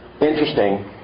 Interesting